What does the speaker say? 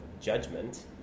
judgment